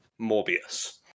Morbius